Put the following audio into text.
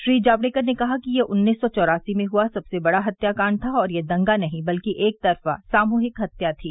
श्री जावड़ेकर ने कहा कि यह उन्नीस सौ चौरासी में हुआ सबसे बड़ा हत्याकांड था और यह दंगा नहीं बल्कि एकतरफा सामूहिक हत्या थी